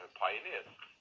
pioneers